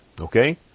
Okay